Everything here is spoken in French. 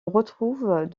retrouve